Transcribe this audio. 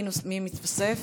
מי מתווסף?